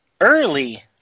early